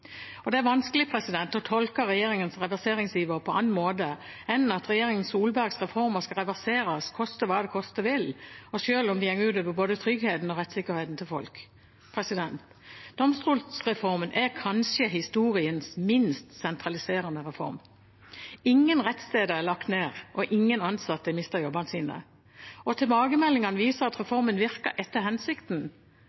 Det er vanskelig å tolke regjeringens reverseringsiver på annen måte enn at regjeringen Solbergs reformer skal reverseres, koste hva det koste vil, og selv om dette går ut over både tryggheten og rettssikkerheten til folk. Domstolsreformen er kanskje historiens minst sentraliserende reform. Ingen rettssteder er lagt ned, og ingen ansatte har mistet jobben sin. Tilbakemeldingene viser at